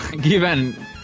given